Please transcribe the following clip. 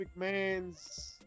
McMahon's